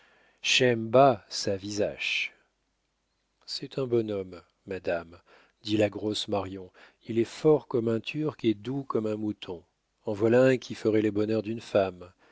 bas sa visache c'est un bon homme madame dit la grosse marion il est fort comme un turc et doux comme un mouton en voilà un qui ferait le bonheur d'une femme